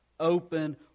open